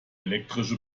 elektrische